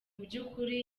by’ukuri